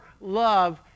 love